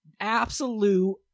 absolute